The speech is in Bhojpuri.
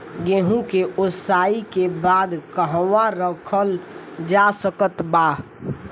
गेहूँ के ओसाई के बाद कहवा रखल जा सकत बा?